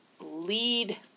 lead